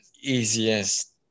easiest